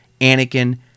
Anakin